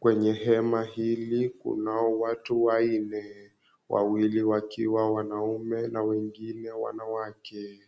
Kwenye hema hili kunao watu wanne. Wawili wakiwa wanaume na wengine wanawake.